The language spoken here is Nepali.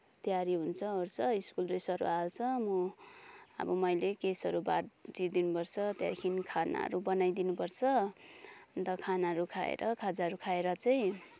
तयारी हुन्छ ओर्छ स्कुल ड्रेसहरू हाल्छ म अब मैले केशहरू बाटि दिनुपर्छ त्यहाँदेखि खानाहरू बनाइ दिनुपर्छ अन्त खानाहरू खाएर खाजाहरू खाएर चाहिँ